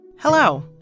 Hello